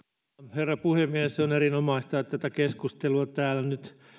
herra puhemies on erinomaista että tätä keskustelua täällä nyt